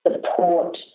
support